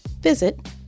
visit